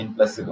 Plus